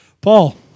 Paul